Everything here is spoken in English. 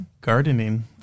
gardening